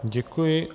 Děkuji.